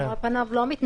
על פניו אנחנו לא מתנגדים.